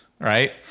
right